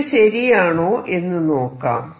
ഇത് ശരിയാണോ എന്ന് നോക്കാം